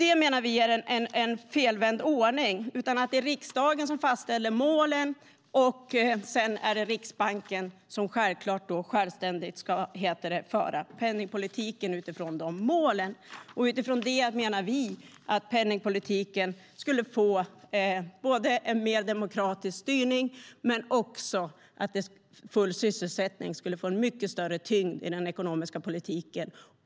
Det menar vi är en felvänd ordning. Det är i stället riksdagen som ska fastställa målen, och sedan ska Riksbanken - självklart självständigt - föra penningpolitiken utifrån dessa mål. Utifrån detta menar vi att penningpolitiken skulle få en mer demokratisk styrning, och full sysselsättning skulle få en mycket större tyngd i den ekonomiska politiken.